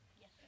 Yes